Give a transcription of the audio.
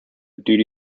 duty